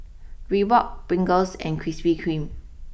Reebok Pringles and Krispy Kreme